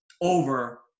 over